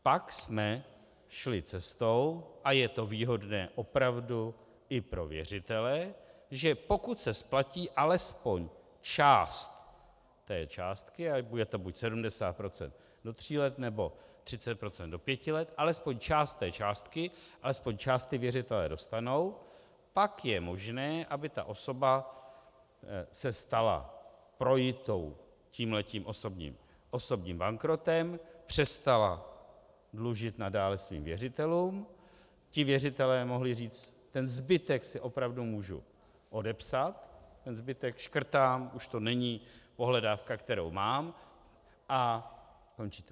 Pak jsme šli cestou, a je to výhodné opravdu i pro věřitele, že pokud se splatí alespoň část té částky a bude to buď 70 % do tří let, nebo 30 % do pěti let, alespoň část té částky, alespoň část věřitelé dostanou, pak je možné, aby ta osoba se stala projitou tímhle osobním bankrotem, přestala dlužit nadále svým věřitelům, ti věřitelé mohli říct: ten zbytek si opravdu můžu odepsat, ten zbytek škrtám, už to není pohledávka, kterou mám a končí to.